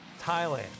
Thailand